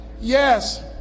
Yes